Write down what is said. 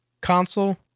console